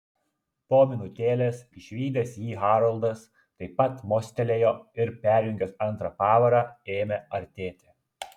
po minutėlės išvydęs jį haroldas taip pat mostelėjo ir perjungęs antrą pavarą ėmė artėti